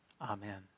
Amen